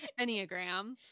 Enneagram